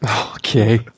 okay